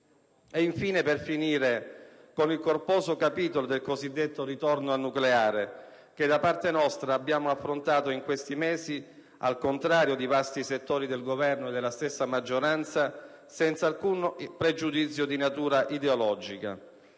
il merito; per finire con il corposo capitolo del cosiddetto ritorno al nucleare che, da parte nostra, abbiamo affrontato in questi mesi, al contrario di vasti settori del Governo e della stessa maggioranza, senza alcun pregiudizio di natura ideologica.